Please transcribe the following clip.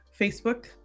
Facebook